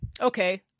okay